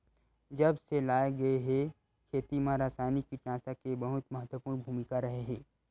जब से लाए गए हे, खेती मा रासायनिक कीटनाशक के बहुत महत्वपूर्ण भूमिका रहे हे